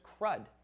crud